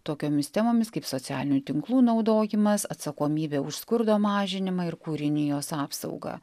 tokiomis temomis kaip socialinių tinklų naudojimas atsakomybė už skurdo mažinimą ir kūrinijos apsaugą